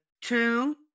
Two